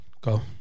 Go